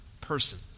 person